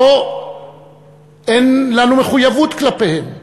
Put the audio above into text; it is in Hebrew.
או שאין לנו מחויבות כלפיהם.